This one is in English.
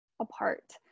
apart